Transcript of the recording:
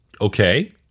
Okay